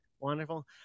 wonderful